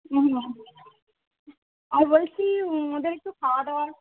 হুম হুম আর বলছি ওদের একটু খাওয়া দাওয়ার